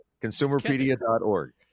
Consumerpedia.org